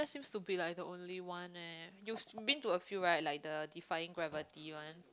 seems be like the only one eh you've been to a few right like the defying gravity one